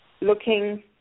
looking